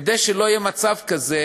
כדי שלא יהיה מצב כזה,